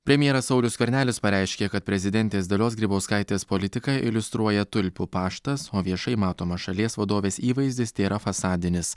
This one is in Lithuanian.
premjeras saulius skvernelis pareiškė kad prezidentės dalios grybauskaitės politiką iliustruoja tulpių paštas o viešai matomas šalies vadovės įvaizdis tėra fasadinis